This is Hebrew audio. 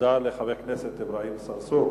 תודה לחבר הכנסת אברהים צרצור.